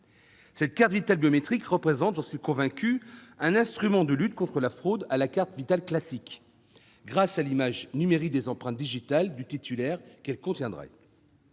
: la carte Vitale biométrique serait un instrument de lutte contre la fraude à la carte Vitale classique, grâce à l'image numérique des empreintes digitales du titulaire qu'elle contiendrait.